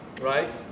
right